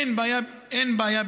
אין בעיה ביטחונית,